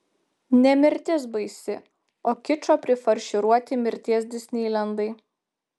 ne mirtis baisi o kičo prifarširuoti mirties disneilendai